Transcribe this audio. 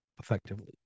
effectively